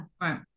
right